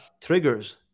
triggers